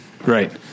Right